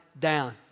Down